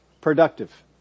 productive